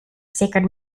sacred